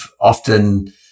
often